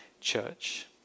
church